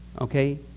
Okay